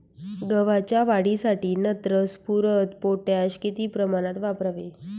गव्हाच्या वाढीसाठी नत्र, स्फुरद, पोटॅश किती प्रमाणात वापरावे?